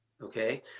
Okay